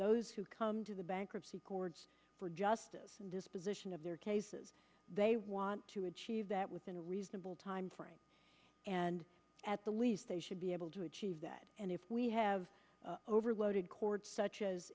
those who come to the bankruptcy court for justice and disposition of their cases they want to achieve that within a reasonable time frame and at the least they should be able to achieve that and if we have overloaded courts such as